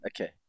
Okay